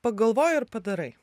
pagalvoji ir padarai